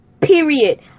Period